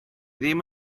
ddim